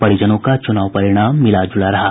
परिजनों का चुनाव परिणाम मिलाजुला रहा